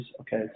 Okay